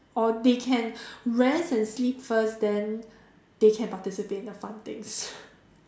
or they can rest and sleep first then they can participate in the fun things